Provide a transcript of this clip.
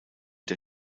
der